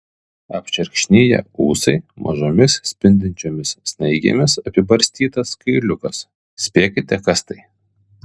apšerkšniję ūsai mažomis spindinčiomis snaigėmis apibarstytas kailiukas spėkite kas tai